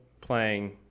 playing